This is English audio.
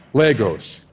lagos,